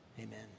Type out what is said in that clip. amen